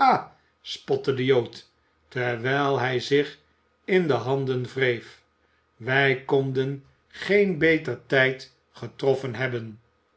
spotte de jood terwijl hij zich in de handen wreef wij konden geen beter tijd getroffen hebben